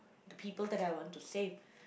the people that I want to save